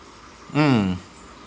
mm